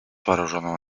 вооруженного